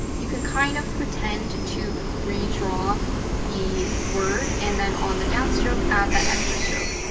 you can kind of pretend to redraw the word, and then on the downstroke add that extra stroke.